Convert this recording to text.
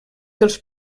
dels